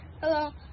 Hello